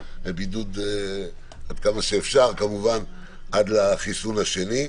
בבידוד, עד לחיסון השני.